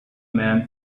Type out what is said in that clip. man